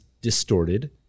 distorted